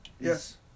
Yes